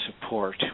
support